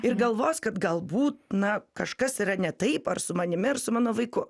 ir galvos kad galbūt na kažkas yra ne taip ar su manimi ir su mano vaiku